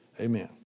amen